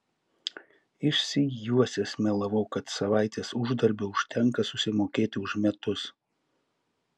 išsijuosęs melavau kad savaitės uždarbio užtenka susimokėti už metus